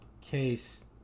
case